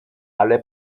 alle